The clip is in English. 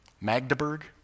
Magdeburg